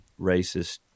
racist